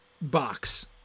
box